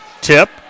tip